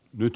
nyt